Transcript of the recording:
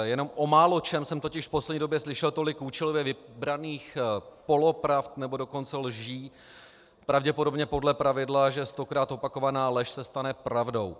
Jenom o máločems jsem totiž v poslední době slyšel tolik účelově vybraných polopravd, nebo dokonce lží, pravděpodobně podle pravidla, že stokrát opakovaná lež se stane pravdou.